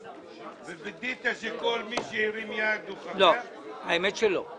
ו-66 אלפי ₪ לטובת שירותים חוץ ביתיים